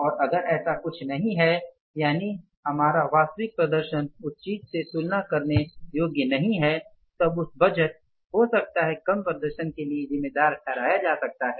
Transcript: और अगर ऐसा कुछ नहीं है यानि हमारा वास्तविक प्रदर्शन का उस चीज़ से तुलना करने योग्य नहीं है तब उस बजट को हो सकता है कम प्रदर्शन के लिए जिम्मेदार ठहराया जा सकता है